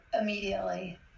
immediately